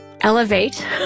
elevate